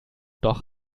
doch